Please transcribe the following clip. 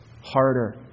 harder